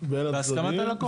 בין הצדדים".